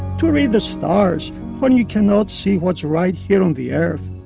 to read the stars when you cannot see what's right here on the earth.